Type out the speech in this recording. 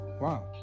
Wow